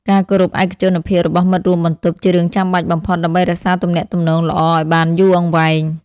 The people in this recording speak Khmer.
ការគោរពឯកជនភាពរបស់មិត្តរួមបន្ទប់ជារឿងចាំបាច់បំផុតដើម្បីរក្សាទំនាក់ទំនងល្អឱ្យបានយូរអង្វែង។